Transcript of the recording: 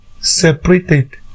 separated